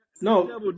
no